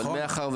נכון.